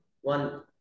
one